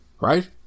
right